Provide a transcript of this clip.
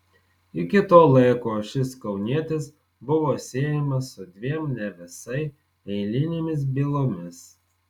iki to laiko šis kaunietis buvo siejamas su dviem ne visai eilinėmis bylomis